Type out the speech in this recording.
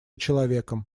человеком